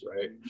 right